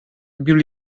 hebben